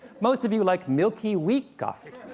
most of you like milky, weak coffee.